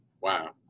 Wow